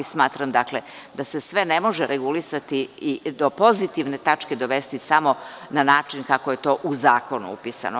Smatram dakle da se sve ne može regulisati i do pozitivne tačke dovesti samo na način kako je to u zakonu upisano.